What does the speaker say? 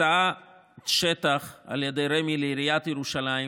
הקצאת שטח על ידי רמ"י לעיריית ירושלים